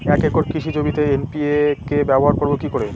এক একর কৃষি জমিতে এন.পি.কে ব্যবহার করব কি করে?